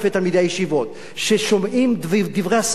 ששומעים דברי הסתה חסרי תקדים?